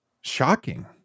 shocking